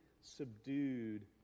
subdued